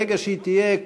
ברגע שהיא תהיה,